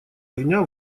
огня